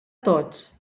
tots